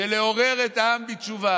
זה משמעות של לעורר את העם בתשובה,